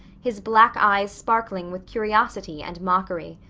his black eyes sparkling with curiosity and mockery.